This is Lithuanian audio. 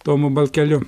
tomu balkeliu